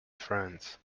friends